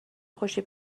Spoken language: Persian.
خوشی